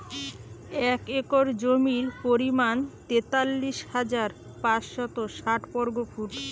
এক একর জমির পরিমাণ তেতাল্লিশ হাজার পাঁচশত ষাট বর্গফুট